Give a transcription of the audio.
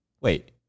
Wait